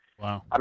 Wow